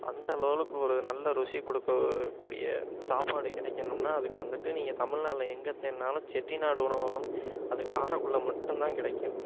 அந்த லெவலுக்கு ஒரு நல்ல ருசி கொடுக்கக்கூடிய சாப்பாடு கிடைக்கணும்னா அதுக்கு வந்துவிட்டு நீங்கள் தமிழ்நாட்டில் எங்கே தேடினாலும் செட்டிநாடு உணவகம் அது காரைக்குடில மட்டும்தான் கிடைக்கும்